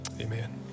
amen